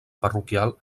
parroquial